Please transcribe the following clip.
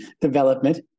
development